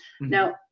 Now